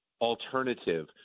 alternative